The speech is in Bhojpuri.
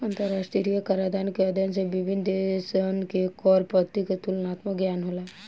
अंतरराष्ट्रीय कराधान के अध्ययन से विभिन्न देशसन के कर पद्धति के तुलनात्मक ज्ञान होला